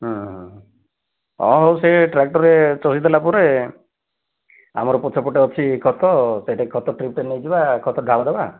ହୁଁ ହୁଁ ହଁ ହଉ ସେ ଟ୍ରାକ୍ଟର୍ରେ ଚଷି ଦେଲା ପରେ ଆମର ପଛପଟେ ଅଛି ଖତ ସେଠି ଖତ ଟ୍ରିପ୍ଟେ ନେଇଯିବା ଖତ ଢାଳିଦେବା